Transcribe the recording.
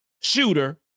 shooter